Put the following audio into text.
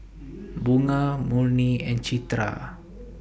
Bunga Murni and Citra